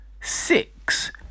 Six